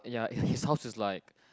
ya hi~ his house is like